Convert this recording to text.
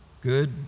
Good